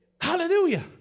Hallelujah